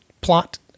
plot